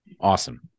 Awesome